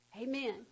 Amen